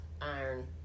iron